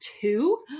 two